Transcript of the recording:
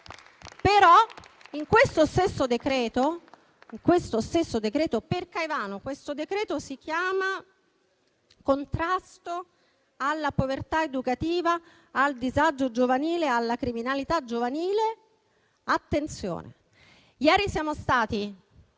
Però, questo stesso decreto per Caivano si chiama contrasto alla povertà educativa, al disagio giovanile e alla criminalità giovanile. Attenzione: ieri, per la